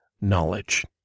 knowledge